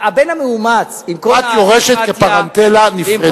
בת יורשת כפרנטלה נפרדת.